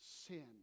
sin